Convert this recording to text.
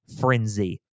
Frenzy